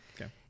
okay